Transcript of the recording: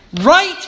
right